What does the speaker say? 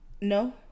no